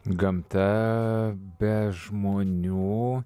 gamta be žmonių